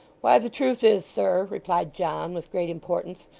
why, the truth is, sir replied john with great importance,